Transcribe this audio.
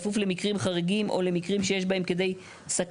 בכפוף למקרים חריגים או למקרים שיש בהם כדי סכנת